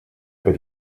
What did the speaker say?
über